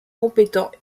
compétents